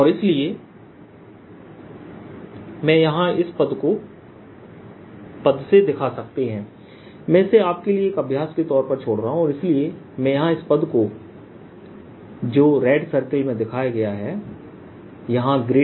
और इसलिए मैं यहां इस पद को जो रेड सर्किल में दिखाया गया है यहां 1